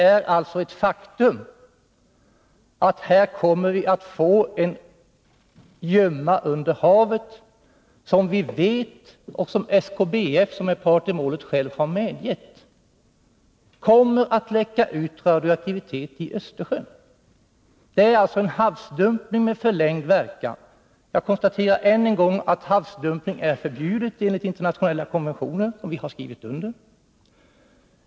Det är ett faktum att vi här kommer att få en gömma under havet, som vi vet — och som SKBF, som är part i målet, själv har medgett — kommer att läcka ut radioaktivitet i Östersjön. Det är alltså fråga om havsdumpning med förlängd verkan. Jag konstaterar än en gång att havsdumpning är förbjuden enligt internationella konventioner, som vi har skrivit under.